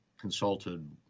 consulted